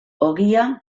ogia